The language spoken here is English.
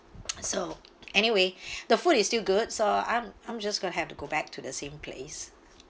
so anyway the food is still good so I'm I'm just going to have to go back to the same place